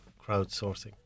crowdsourcing